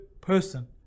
person